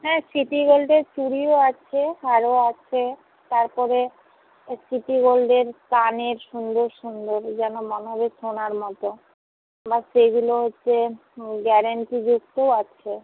হ্যাঁ সিটি গোল্ডের চুড়িও আছে হারও আছে তারপরে সিটি গোল্ডের কানের সুন্দর সুন্দর যেন মনে হবে সোনার মতো এবার সেইগুলো হচ্ছে গ্যারেন্টিযুক্তও আছে